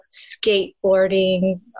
skateboarding